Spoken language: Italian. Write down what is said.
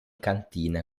cantina